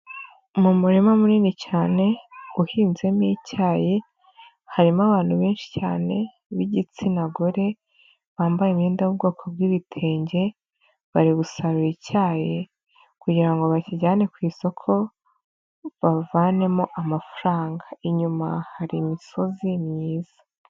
Mu murima munini cyane, uhinzemo icyayi, harimo abantu benshi cyane b'igitsina gore, bambaye imyenda y'ubwoko bw'ibitenge, bari gusarura icyayi kugira ngo bakijyane ku isoko, bavanemo amafaranga, inyuma hari imisozi myiza.